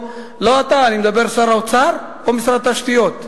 לא אתה, שר האוצר או משרד התשתיות?